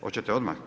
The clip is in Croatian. Hoćete odmah?